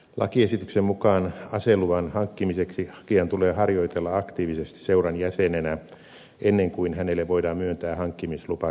lakiesityksen mukaan aseluvan hankkimiseksi hakijan tulee harjoitella aktiivisesti seuran jäsenenä ennen kuin hänelle voidaan myöntää hankkimislupa käsiaseeseen